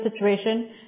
situation